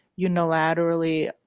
unilaterally